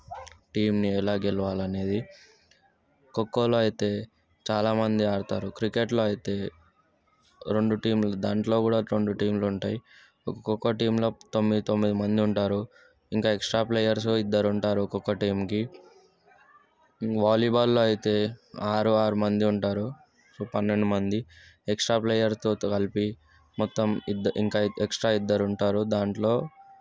టీంని ఎలా గెలవాలి అనేది ఖోఖోలో అయితే చాలామంది ఆడతారు క్రికెట్లో అయితే రెండు టీంలు దాంట్లో కూడా రెండు టీంలు ఉంటాయి ఒక్కొక్క టీంలో తొమ్మిది తొమ్మిది మంది ఉంటారు ఇంకా ఎక్స్ట్రా ప్లేయర్స్ ఇద్దరు ఉంటారు ఒక్కొక్క టీంకి వాలీబాల్లో అయితే ఆరు ఆరు మంది ఉంటారు పన్నెండు మంది ఎక్స్ట్రా ప్లేయర్లతో కలిపి మొత్తం ఇంకా ఎక్స్ట్రా ఇద్దరు ఉంటారు దాంట్లో